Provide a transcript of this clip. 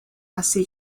así